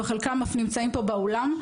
וחלקם אף נמצאים פה באולם,